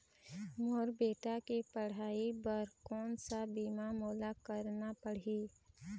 मोर बेटा के पढ़ई बर कोन सा बीमा मोला करना पढ़ही?